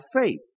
faith